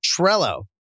Trello